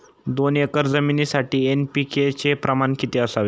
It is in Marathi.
दोन एकर जमिनीसाठी एन.पी.के चे प्रमाण किती असावे?